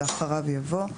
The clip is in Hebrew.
ואחריו יבוא: